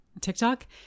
tiktok